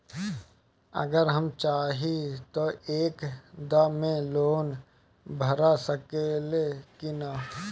अगर हम चाहि त एक दा मे लोन भरा सकले की ना?